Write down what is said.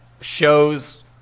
shows